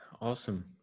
Awesome